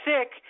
sick